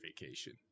vacation